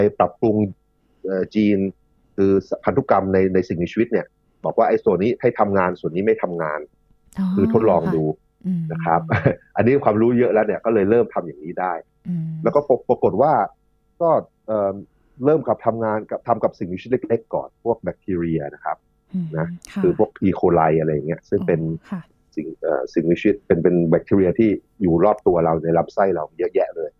ไปปรับปรุง เอ่อ gene คือพันธุกรรมใน- ในสิ่งมีชีวิตเนี่ย บอกว่าไอ้ส่วนนี้ให้ทำงาน ส่วนนี้ไม่ทำงานอ๋อคือทดลองดูค่ะนะครับอืมอันนี้ความรู้เยอะแล้วเนี่ย ก็เลยเริ่มทำอย่างนี้ได้อืมแล้วก็ปรากฏว่าก็ เอิ่ม เริ่มกับทำงานกับ- ทำกับสิ่งมีชีวิตเล็กๆก่อน พวกแบคทีเรียนะครับอืมนะค่ะคือพวก E. coli อะไรอย่างเงี้ย ซึ่งอ๋อเป็นค่ะสิ่ง- เอ่อ สิ่งมีชีวิต เป็น- เป็นแบคทีเรียที่อยู่รอบตัวเรา ในลำไส้เราเยอะแยะเลย